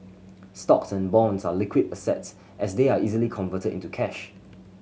stocks and bonds are liquid assets as they are easily converted into cash